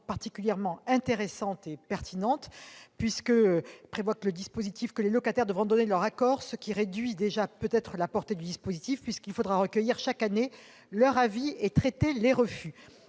particulièrement intéressante et pertinente. Néanmoins, il est prévu que les locataires devront donner leur accord, ce qui réduit d'emblée, peut-être, la portée du dispositif, puisqu'il faudra chaque année recueillir leur avis et traiter les refus.